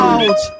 out